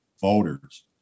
voters